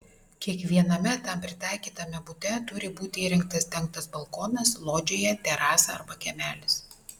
kiekviename tam pritaikytame bute turi būti įrengtas dengtas balkonas lodžija terasa arba kiemelis